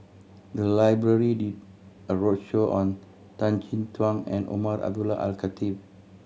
the library did a roadshow on Tan Chin Tuan and Umar Abdullah Al Khatib